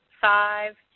five